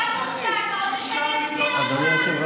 חנוך, אתה רוצה להסתבך עם, בושה.